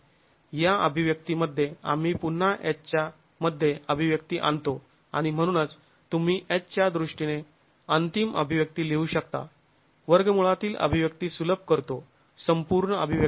या अभिव्यक्ती मध्ये आम्ही पुन्हा H च्या मध्ये अभिव्यक्ती आणतो आणि म्हणूनच तुम्ही H च्या दृष्टीने अंतिम अभिव्यक्ती लिहू शकता वर्गमूळातील अभिव्यक्ती सुलभ करतो संपूर्ण अभिव्यक्ती